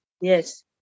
Yes